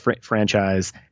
franchise